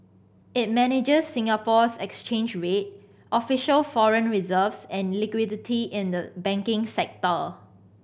it manages Singapore's exchange rate official foreign reserves and liquidity in the banking sector